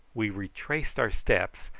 we retraced our steps,